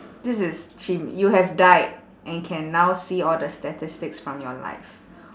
this is chim you have died and can now see all the statistics from your life